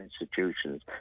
institutions